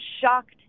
shocked